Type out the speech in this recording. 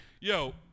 Yo